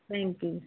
thank you